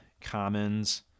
commons